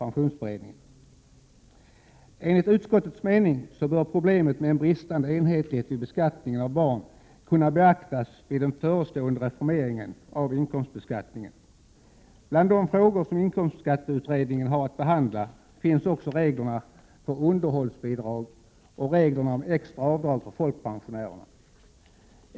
Enligt utskottets mening bör problemet med en bristande enhetlighet vid beskattningen av barn kunna beaktas vid den förestående reformeringen av inkomstbeskattningen. Bland de frågor som inkomstskatteutredningen har att behandla finns också reglerna för underhållsbidrag och reglerna om extra avdrag för folkpensionärer.